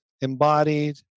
embodied